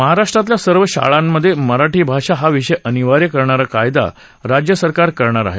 महाराष्ट्रातल्या सर्व शाळांमधे मराठी भाषा हा विषय अनिवार्य करणारा कायदा राज्य सरकार करणार आहे